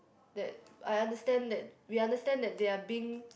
that I understand that we understand that they are being